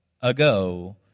ago